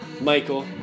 Michael